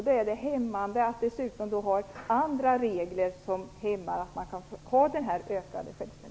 Då är det hämmande med andra regler som inskränker på den ökade självständigheten.